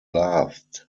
laughed